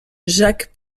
jacques